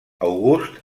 august